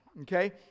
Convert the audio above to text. okay